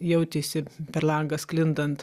jautėsi per langą sklindant